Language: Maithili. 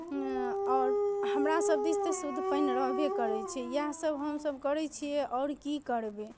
आओर हमरासभ दिश तऽ शुद्ध पानि रहबे करै छै इएहसभ हमसभ करै छियै आओर की करबै